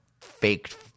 fake